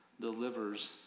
delivers